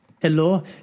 hello